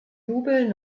jubel